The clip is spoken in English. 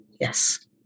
yes